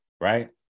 right